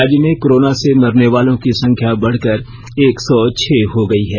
राज्य में कोरोना से मरने वालों की संख्या बढ़कर एक सौ छह हो गई है